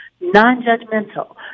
non-judgmental